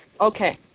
Okay